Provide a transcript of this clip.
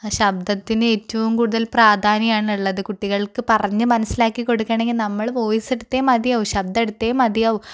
ശബ്ദത്തിന് ഏറ്റവും കൂടുതൽ പ്രാധാന്യം ആണുള്ളത് കുട്ടികൾക്ക് പറഞ്ഞ് മനസ്സിലാക്കി കൊടുക്കണമെങ്കിൽ നമ്മൾ വോയിസ് എടുത്തേ മതിയാവു ശബ്ദം എടുത്തേ മതിയാവു